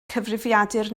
cyfrifiadur